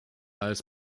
als